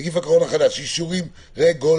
נגיף הקורונה החדש) (אישורים רגולטוריים)